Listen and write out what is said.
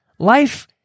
Life